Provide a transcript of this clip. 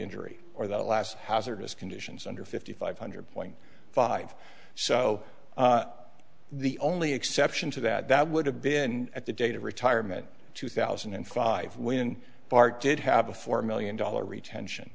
injury or the last hazardous conditions under fifty five hundred point five so the only exception to that would have been at the date of retirement two thousand and five when bart did have a four million dollar retention